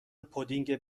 پودینگ